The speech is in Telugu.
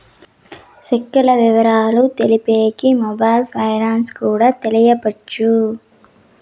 సెక్కుల ఇవరాలు తెలిపేకి మెయిల్ ఫ్యాక్స్ గుండా తెలపొచ్చు